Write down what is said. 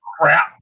crap